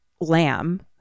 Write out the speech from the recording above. lamb